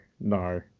no